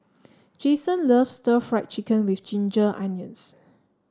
Jason loves Stir Fried Chicken with Ginger Onions